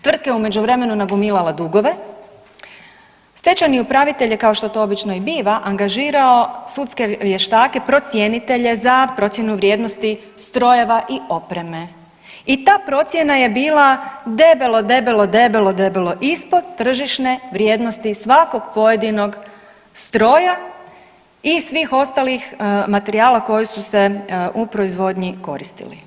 Tvrtka je u međuvremenu nagomilala dugove, stečajni upravitelj je kao što to obično i biva angažirao sudske vještake procjenitelje za procjenu vrijednosti strojeva i opreme i ta procjena je bila debelo, debelo, debelo, debelo ispod tržišne vrijednosti svakog pojedinog stroja i svih ostalih materijala koji su se u proizvodnji koristili.